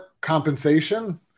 compensation